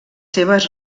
seves